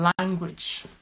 language